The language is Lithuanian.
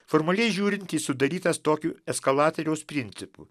formaliai žiūrint jis sudarytas tokiu eskalatoriaus principu